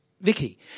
Vicky